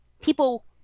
people